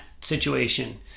situation